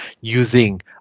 using